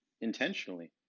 intentionally